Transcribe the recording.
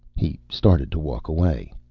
he started to walk away.